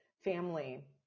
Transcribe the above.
family